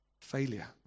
failure